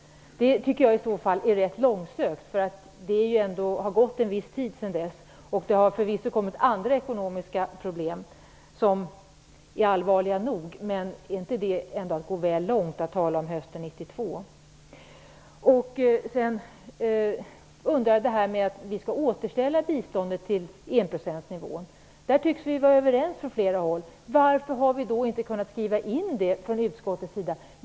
Det tycker jag i så fall är rätt långsökt, eftersom det har gått viss tid sedan 1992. Det har förvisso sedan dess kommit andra ekonomiska problem, som är allvarliga nog, men är det inte att gå väl långt att tala om hösten 1992? Vi tycks vara överens från flera håll om att vi skall återställa biståndet på enprocentsnivå. Varför har då inte utskottet kunnat skriva in det i betänkandet?